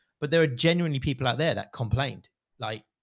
but there are genuinely people out there that complained like,